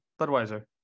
Budweiser